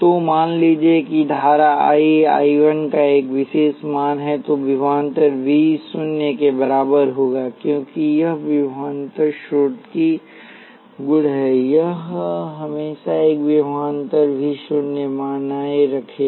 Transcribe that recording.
तो मान लें कि धारा I I 1 का एक विशेष मान है तो विभवांतर V V शून्य के बराबर होगा क्योंकि यह विभवांतर स्रोत की गुण है यह हमेशा एक विभवांतर V शून्य बनाए रखेगा